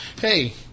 hey